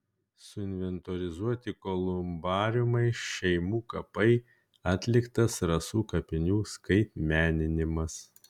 suinventorizuoti kolumbariumai šeimų kapai atliktas rasų kapinių skaitmeninimas